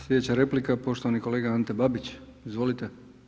Sljedeća replika poštovani kolega Ante Babić, izvolite.